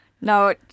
No